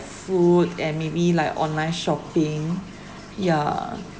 food and maybe like online shopping ya